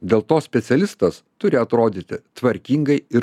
dėl to specialistas turi atrodyti tvarkingai ir